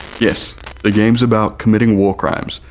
yes the games about committing war crimes,